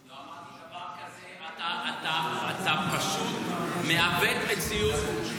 לא אמרתי דבר כזה, אתה פשוט מעוות מציאות.